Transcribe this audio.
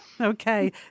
Okay